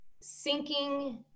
sinking